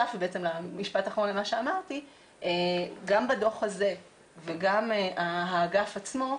גם בדוח הזה וגם האגף עצמו,